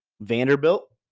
Vanderbilt